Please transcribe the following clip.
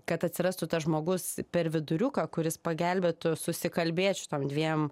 kad atsirastų tas žmogus per viduriuką kuris pagelbėtų susikalbėt šitom dviem